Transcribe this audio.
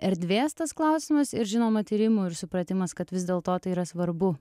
erdvės tas klausimas ir žinoma tyrimų ir supratimas kad vis dėlto tai yra svarbu